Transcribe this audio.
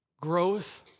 growth